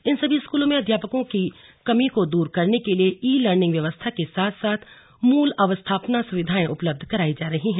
इन सभी स्कूलों में अध्यापकों की कमी को दूर करने के लिए ई लर्निंग व्यवस्था के साथ साथ मूलभूत अवस्थापना सुविधाएं उपलब्ध करायी जा रही हैं